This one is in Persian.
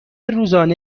روزانه